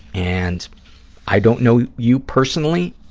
and i don't know you personally,